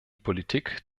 politik